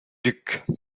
duc